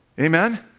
Amen